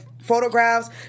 photographs